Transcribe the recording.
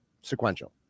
Sequential